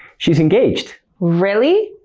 she's engaged. really?